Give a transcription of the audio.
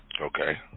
Okay